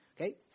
Okay